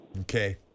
Okay